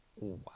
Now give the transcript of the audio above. wow